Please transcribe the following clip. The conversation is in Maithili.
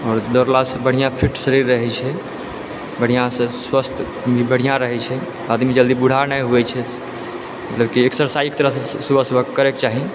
आओर दौड़लासँ बढ़िआँ फिट शरीर रहै छै बढ़िआँसँ स्वास्थ भी बढ़िआँ रहै छै आदमी जल्दी बूढ़ा नहि होइ छै मतलब की एक्सरसाइज एकतरहसँ सुबह सुबह करैके चाही